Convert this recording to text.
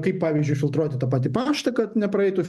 kaip pavyzdžiui filtruoti ta pati paštą kad nepraeitų